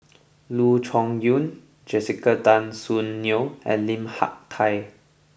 Loo Choon Yong Jessica Tan Soon Neo and Lim Hak Tai